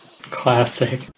Classic